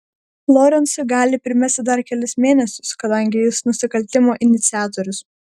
lorencui gali primesti dar kelis mėnesius kadangi jis nusikaltimo iniciatorius